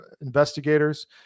investigators